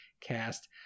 cast